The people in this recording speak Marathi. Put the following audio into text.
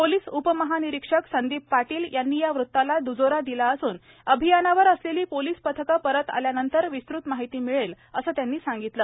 पोलीस उपमहानिरीक्षक संदीप पाटील यांनी या वृत्ताला द्रजोरा दिला असून अभियानावर असलेली पोलीस पथकं परत आल्यानंतर विस्तृत माहिती मिळेल असं त्यांनी सांगितले